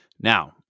Now